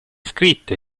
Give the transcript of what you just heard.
scritto